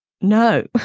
no